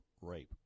rape